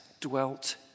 dwelt